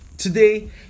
Today